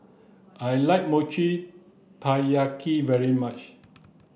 I like Mochi Taiyaki very much